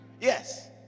Yes